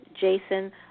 Jason